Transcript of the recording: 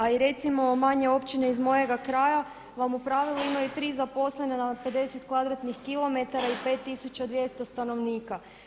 A i recimo manje općine iz mojega kraja vam u pravilu imaju tri zaposlena na 50 kvadratnih kilometara i 5.200 stanovnika.